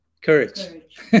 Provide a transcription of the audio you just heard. Courage